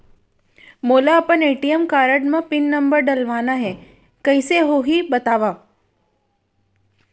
मोला अपन ATM card म पिन नंबर डलवाना हे कइसे होही बतावव?